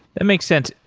that makes sense.